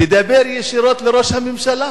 תדבר ישירות אל ראש הממשלה